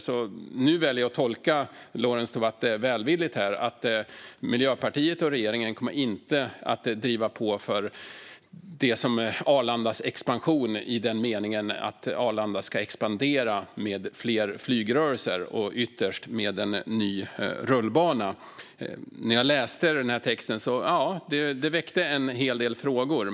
Nu väljer jag att tolka Lorentz Tovatt välvilligt, som att Miljöpartiet och regeringen inte kommer att driva på för Arlandas expansion i den meningen att Arlanda ska expandera med fler flygrörelser och ytterst med en ny rullbana. När jag läste texten väcktes en hel del frågor.